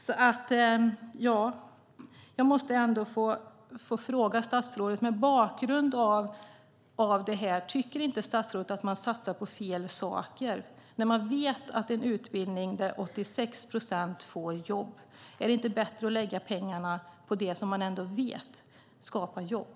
Mot bakgrund av detta måste jag få fråga statsrådet om hon inte tycker att man satsar på fel saker. Man vet att det handlar om en utbildning där 86 procent får jobb. Är det inte bättre att lägga pengarna på det som man vet skapar jobb?